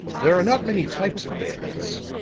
there are not many types of bayonets.